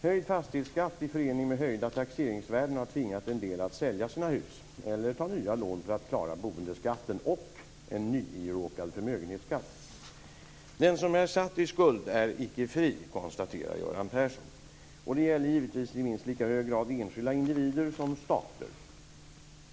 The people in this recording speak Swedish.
Höjd fastighetsskatt i förening med höjda taxeringsvärden har tvingat en del att sälja sina hus eller ta nya lån för att klara boendeskatten och den nya förmögenhetsskatten. Den som är satt i skuld är icke fri, konstaterar Göran Persson. Det gäller givetvis i minst lika hög grad enskilda individer som stater.